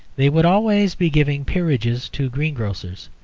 they would always be giving peerages to greengrocers.